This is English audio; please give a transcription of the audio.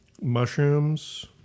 Mushrooms